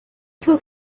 took